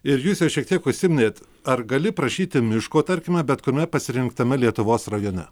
ir jūs jau šiek tiek užsiminėt ar gali prašyti miško tarkime bet kuriame pasirinktame lietuvos rajone